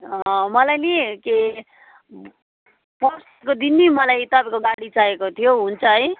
मलाई नि के पर्सिको दिन नि मलाई तपाईँको गाडी चाहिएको थियो हुन्छ है